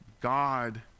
God